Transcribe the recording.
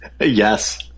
Yes